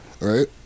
right